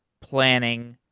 planning,